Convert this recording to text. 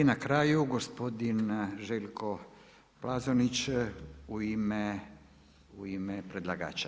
I na kraju gospodin Željko Plazonić, u ime predlagača.